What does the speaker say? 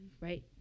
Right